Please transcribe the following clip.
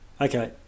Okay